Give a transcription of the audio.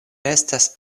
restas